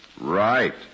Right